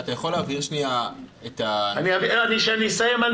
אתה יכול להבהיר --- כשאני אסיים,